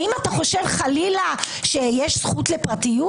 האם אתה חושב חלילה שיש זכות לפרטיות?